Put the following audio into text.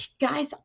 guys